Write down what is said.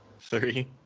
Three